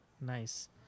Nice